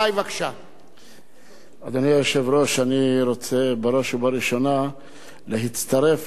אני רוצה בראש ובראשונה להצטרף לברכות העתידיות צריך חמש דקות או שלא?